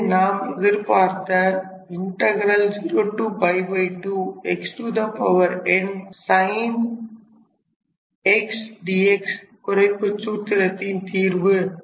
இதுவே நாம் எதிர்பார்த்த 0 2 xn sin x dxகுறைப்புச் சூத்திரத்தின் தீர்வு